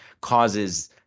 causes